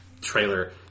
trailer